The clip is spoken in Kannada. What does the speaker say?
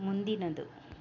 ಮುಂದಿನದ್ದು